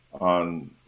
on